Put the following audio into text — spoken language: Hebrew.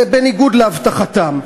בניגוד להבטחתם.